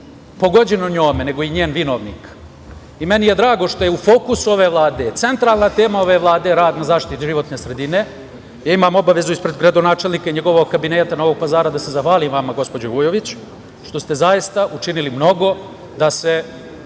pogođeno njome, nego i njen vinovnik i meni je drago što je u fokusu ove Vlade, centralna tema ove Vlade zaštita životne sredine. Imam obavezu ispred gradonačelnika i njegovog kabineta u Novom Pazaru da se zahvalim gospođi Vujović, jer ste zaista učinili mnogo da se